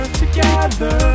together